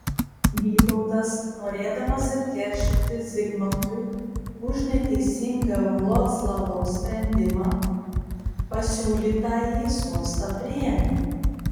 vytautas norėdamas atkeršyti zigmantui už neteisingą vroclavo sprendimą pasiūlytąjį sostą priėmė